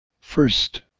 First